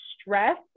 stress